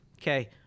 okay